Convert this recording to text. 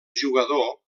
jugador